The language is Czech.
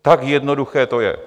Tak jednoduché to je.